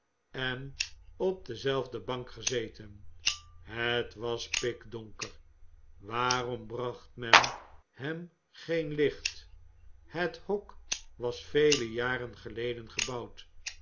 en op dezelfde bank gezeten het was pikdonker waarom bracht men hem geen licht het hok was vele jaren geleden gebouwd